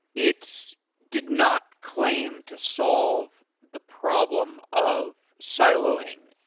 it did not claim to solve the problem of siloing,